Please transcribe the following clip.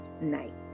night